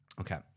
okay